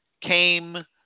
came